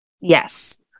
Yes